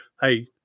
hey